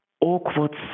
awkward